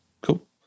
Cool